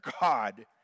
God